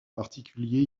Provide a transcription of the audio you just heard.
particulier